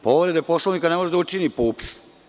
Povredu Poslovnika ne može da učini PUPS.